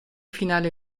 finale